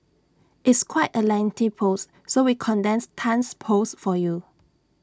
it's quite A lengthy post so we condensed Tan's post for you